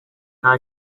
nta